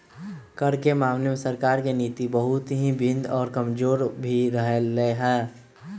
कर के मामले में सरकार के नीति बहुत ही भिन्न और कमजोर भी रहले है